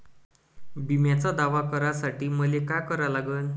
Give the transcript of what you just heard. बिम्याचा दावा करा साठी मले का करा लागन?